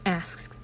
asks